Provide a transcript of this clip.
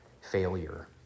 failure